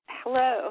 hello